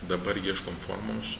dabar ieškom formos